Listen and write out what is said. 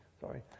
Sorry